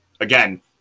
again